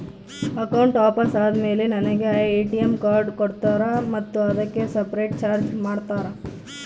Account open ಆದಮೇಲೆ ನನಗೆ ATM card ಕೊಡ್ತೇರಾ ಮತ್ತು ಅದಕ್ಕೆ ಸಪರೇಟ್ ಚಾರ್ಜ್ ಮಾಡ್ತೇರಾ?